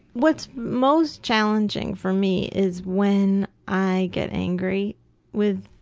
what's most challenging for me is when i get angry with,